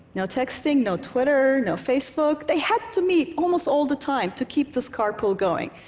no texting, no twitter, no facebook. they had to meet almost all the time to keep this carpool going.